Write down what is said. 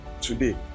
today